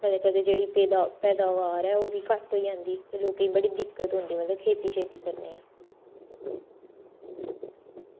ते कदें कदें जेह्ड़ी पैदावार ऐ ओह्बी घट्ट ते लोकें गी बड़ी दिक्कत औंदी मतलब खेती करने दी